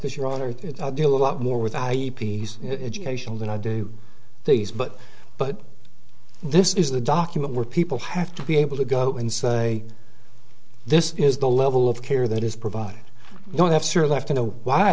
to do a lot more with a piece educational than i do these but but this is the document where people have to be able to go and say this is the level of care that is provided you don't have